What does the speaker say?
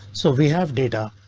so we have data.